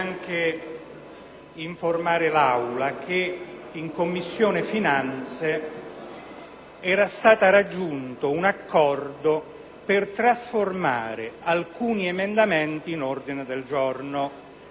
per informare l'Aula che in Commissione finanze era stato raggiunto un accordo per trasformare alcuni emendamenti in ordini del giorno.